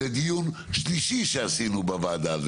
זה דיון שלישי שעשינו בוועדה.